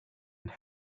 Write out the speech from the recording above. and